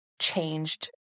changed